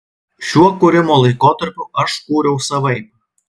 šiuo kūrimo laikotarpiu aš kūriau savaip